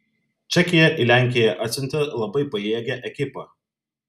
čekija į lenkiją atsiuntė labai pajėgią ekipą